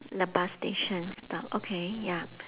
the bus station stop okay ya